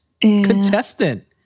contestant